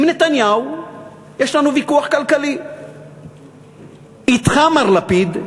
עם נתניהו יש לנו ויכוח כלכלי, אתך, מר לפיד,